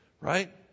right